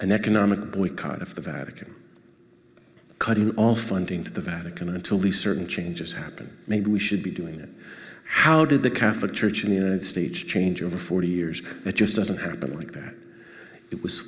an economic boycott of the vatican cutting off funding to the vatican until the certain changes happen maybe we should be doing it how did the cafeteria in the united states change over forty years it just doesn't happen like that it was